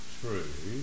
true